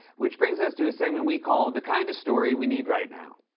which brings us to a segment we call the kind of story we need right now.